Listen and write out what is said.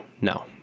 no